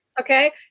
okay